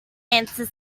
answer